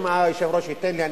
אם היושב-ראש ייתן לי,